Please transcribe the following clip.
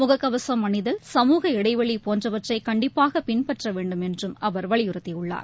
முகக்கவசம் அணிதல் சமூக இடைவெளி போன்றவற்றை கண்டிப்பாக பின்பற்ற வேண்டும் என்றும் அவர் வலியுறுத்தியுள்ளார்